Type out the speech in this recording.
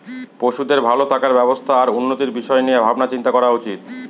পশুদের ভালো থাকার ব্যবস্থা আর উন্নতির বিষয় নিয়ে ভাবনা চিন্তা করা উচিত